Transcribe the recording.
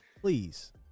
Please